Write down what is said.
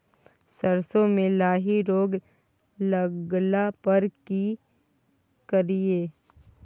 सरसो मे लाही रोग लगला पर की करिये?